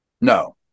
No